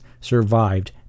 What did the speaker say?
survived